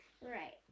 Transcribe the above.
right